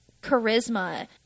charisma